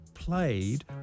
played